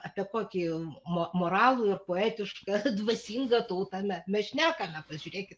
apie kokį mo moralų ir poetišką dvasingą tautą me mes šnekame pažiūrėkit